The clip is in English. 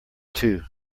two